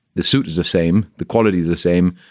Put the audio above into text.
the suit is the same. the quality is the same.